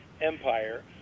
Empire